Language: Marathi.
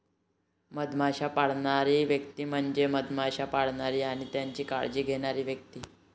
मधमाश्या पाळणारी व्यक्ती म्हणजे मधमाश्या पाळणारी आणि त्यांची काळजी घेणारी व्यक्ती